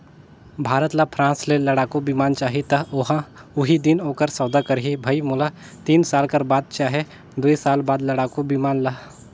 भारत ल फ्रांस ले लड़ाकु बिमान चाहीं त ओहा उहीं दिन ओखर सौदा करहीं भई मोला तीन साल कर बाद चहे दुई साल बाद लड़ाकू बिमान ल